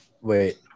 wait